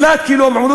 פרופסור עירן